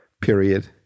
period